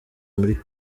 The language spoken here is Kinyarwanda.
muri